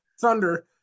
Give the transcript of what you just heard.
Thunder